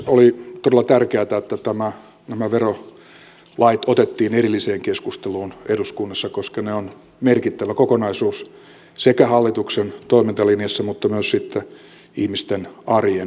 oli todella tärkeätä että nämä verolait otettiin erilliseen keskusteluun eduskunnassa koska ne ovat merkittävä kokonaisuus sekä hallituksen toimintalinjassa että myös sitten ihmisten arjen kannalta